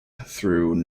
through